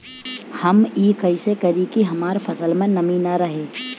हम ई कइसे करी की हमार फसल में नमी ना रहे?